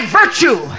virtue